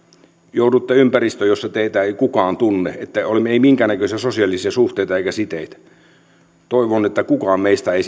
joudutte ympäristöön jossa teitä ei kukaan tunne ei minkäännäköisiä sosiaalisia suhteita eikä siteitä toivon että kukaan meistä ei